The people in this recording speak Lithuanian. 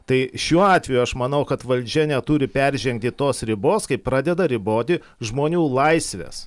tai šiuo atveju aš manau kad valdžia neturi peržengti tos ribos kai pradeda riboti žmonių laisves